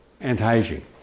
Anti-aging